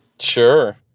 Sure